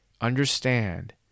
understand